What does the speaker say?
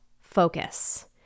focus